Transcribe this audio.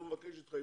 הוא מבקש התחייבות.